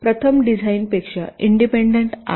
प्रथम डिझाइनपेक्षा इंडिपेंडंट आहे